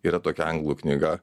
yra tokia anglų knyga